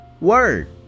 word